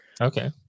Okay